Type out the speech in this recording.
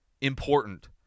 important